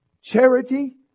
charity